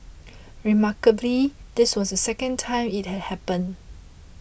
remarkably this was the second time it had happened